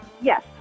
yes